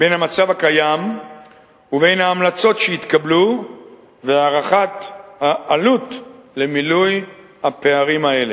בין המצב הקיים ובין ההמלצות שהתקבלו והערכת העלות למילוי הפערים האלה,